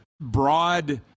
broad